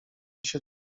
się